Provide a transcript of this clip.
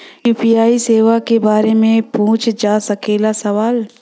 UPI सेवा के बारे में पूछ जा सकेला सवाल?